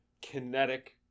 kinetic